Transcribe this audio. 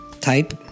type